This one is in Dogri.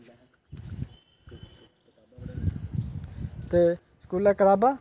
ते स्कूलै कताबां